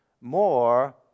more